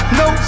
no